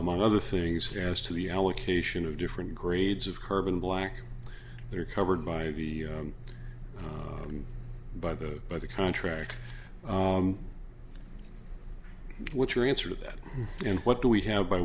among other things as to the allocation of different grades of carbon black they're covered by the by the by the contract what's your answer to that and what do we have